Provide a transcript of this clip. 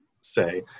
say